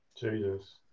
Jesus